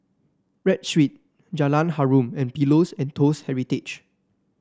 Read Street Jalan Harum and Pillows and Toast Heritage